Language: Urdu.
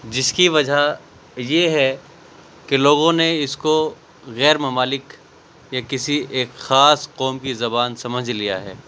جس کی وجہ یہ ہے کہ لوگوں نے اس کو غیر ممالک یا کسی ایک خاص قوم کی زبان سمجھ لیا ہے